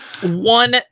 One